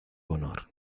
honor